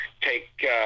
take